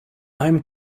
i’m